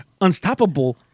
Unstoppable